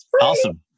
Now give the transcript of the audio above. Awesome